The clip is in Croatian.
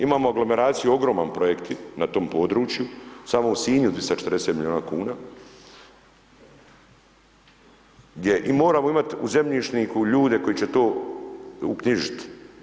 Imamo aglomeraciju ogroman projekti na tom području, samo u Sinju 240 milijuna kuna, gdje moramo imati u zemljišniku ljude koji će to uknjižiti.